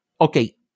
okay